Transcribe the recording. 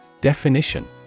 Definition